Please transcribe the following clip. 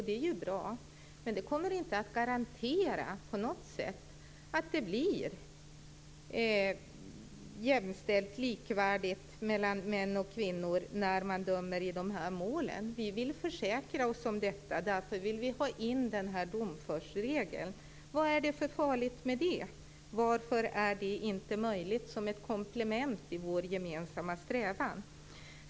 Det är ju bra, men det kommer på intet sätt att garantera att det blir jämställt eller likvärdigt mellan män och kvinnor när man dömer i de målen. Vi vill försäkra oss om detta, och därför vill vi ha in domförsregeln. Vad är det för farligt med det? Varför är det inte möjligt som ett komplement i vår gemensamma strävan?